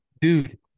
Dude